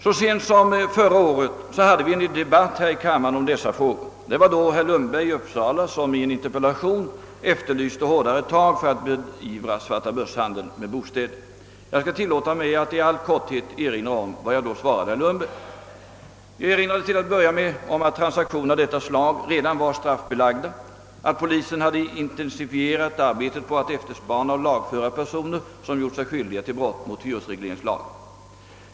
Så sent som förra året fördes här i kammaren en debatt om dessa frågor. Herr Lundberg i Uppsala hade i en interpellation efterlyst hårdare tag för att beivra svartabörshandeln med bostäder och jag skall tillåta mig att i all korthet erinra om vad jag då svarade herr Lundberg. Till att börja med erinrade jag om att transaktioner av detta slag redan var straffbelagda, att polisen hade intensifierat arbetet på att efterspana och lagföra personer, vilka gjort sig skyldiga till brott mot hyresregleringslagen.